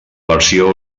versió